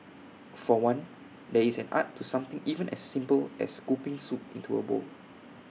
for one there is an art to something even as simple as scooping soup into A bowl